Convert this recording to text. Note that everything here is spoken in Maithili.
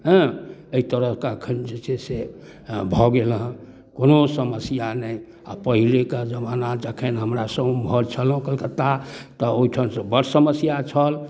हँ एहि तरहके एखन जे छै से भऽ गेल हँ कोनो समस्या नहि आओर पहिलेके जमाना जखन हमरासभ ओम्हर छलहुँ कलकत्ता तऽ ओहिठामसँ बड़ समस्या छल